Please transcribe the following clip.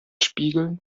spiegeln